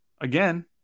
again